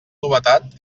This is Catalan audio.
novetat